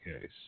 case